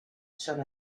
son